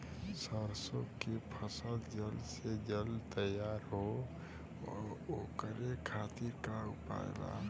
सरसो के फसल जल्द से जल्द तैयार हो ओकरे खातीर का उपाय बा?